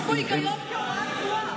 יש בו היגיון כהוראה קבועה.